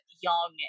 young